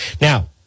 Now